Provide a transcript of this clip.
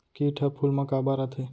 किट ह फूल मा काबर आथे?